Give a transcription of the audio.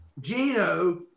Gino